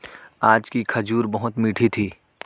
आज की खजूर बहुत मीठी थी